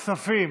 כספים.